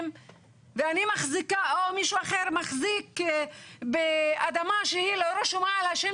ואני מחזיקה או מישהו אחר מחזיק באדמה שהיא לא רשומה על השם